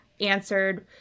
answered